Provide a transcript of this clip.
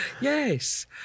Yes